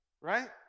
right